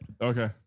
Okay